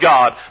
God